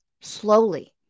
slowly